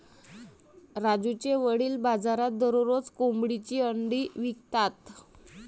राजूचे वडील बाजारात दररोज कोंबडीची अंडी विकतात